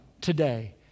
today